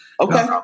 Okay